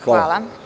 Hvala.